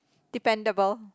dependable